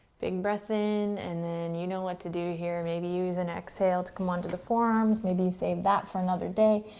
big breath in and then you know what to do here. maybe you use an exhale to come onto the forearms. maybe you save that for another day.